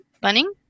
Bunning